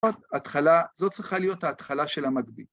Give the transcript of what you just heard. התחלה, זאת צריכה להיות ההתחלה של המקביל